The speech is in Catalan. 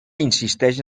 insisteix